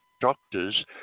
doctors